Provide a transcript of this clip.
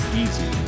easy